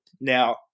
Now